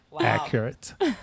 Accurate